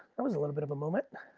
that was a little bit of a moment.